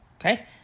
Okay